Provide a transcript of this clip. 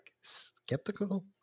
skeptical